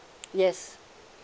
yes